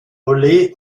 olé